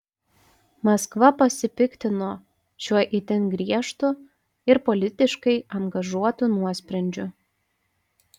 maskva pasipiktino šiuo itin griežtu ir politiškai angažuotu nuosprendžiu